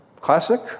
Classic